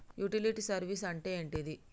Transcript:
Utility service అంటే ఏంటిది?